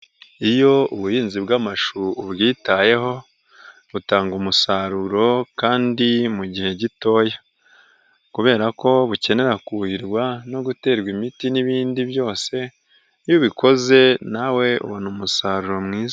Iyo ubuhinzi bw'amashuri iyo ubwitayeho, butanga umusaruro kandi mu gihe gitoya, kubera ko bukenera kuhirwa no guterwa imiti n'ibindi byose iyo ubikoze nawe ubona umusaruro mwiza.